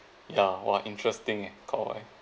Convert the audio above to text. ya !wah! interesting eh Kok Wai